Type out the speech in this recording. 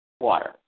water